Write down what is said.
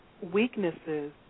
Weaknesses